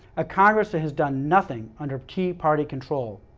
a congress that has done nothing under tea party control.